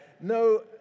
no